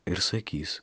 ir sakys